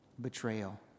betrayal